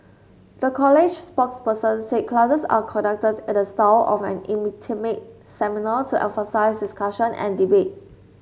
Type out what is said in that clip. the college's spokesperson said classes are conducted in the style of an intimate seminar to emphasise discussion and debate